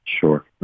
Sure